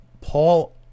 Paul